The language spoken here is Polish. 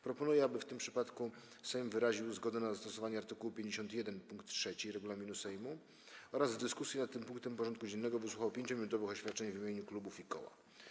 Proponuję, aby w tym przypadku Sejm wyraził zgodę na zastosowanie art. 51 pkt 3 regulaminu Sejmu oraz w dyskusji nad tym punktem porządku dziennego wysłuchał 5-minutowych oświadczeń w imieniu klubów i koła.